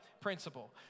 principle